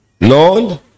Lord